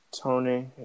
Tony